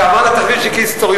ועמד על התחביב שלי כהיסטוריון,